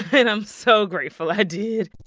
and i'm so grateful i did